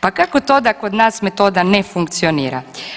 Pa kako to da kod nas metoda ne funkcionira?